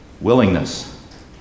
Willingness